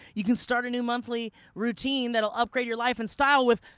you can start a new monthly routine that'll upgrade your life and style with